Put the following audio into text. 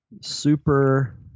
Super